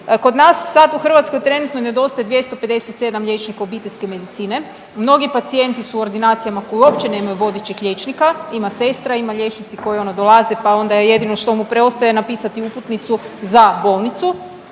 kod nas sad u Hrvatskoj trenutno nedostaje 257 liječnika obiteljske medicine, mnogi pacijenti su u ordinacijama koje uopće nemaju vodećeg liječnika, ima sestra, imaju liječnici koji ono dolaze, pa onda je jedino što mu preostaje napisati uputnicu za bolnicu